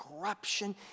corruption